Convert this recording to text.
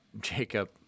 Jacob